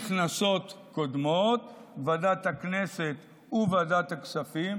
בכנסות קודמות, ועדת הכנסת וועדת הכספים,